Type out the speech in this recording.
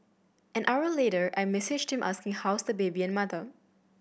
an hour later I messaged him asking how's the baby and mother